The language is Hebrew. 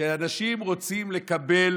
כשאנשים רוצים לקבל